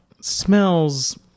smells